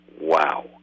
Wow